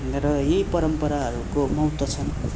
भनेर यी परम्पराहरूको महत्त्व छन्